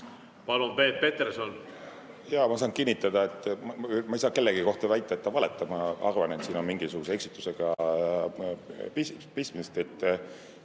Palun, Peep Peterson! Jaa, ma saan kinnitada, et ma ei saa kellegi kohta väita, et ta valetab. Ma arvan, et siin on tegemist mingisuguse eksitusega. Tuleb